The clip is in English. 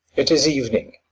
it is evening.